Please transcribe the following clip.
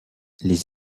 les